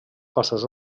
cossos